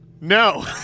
No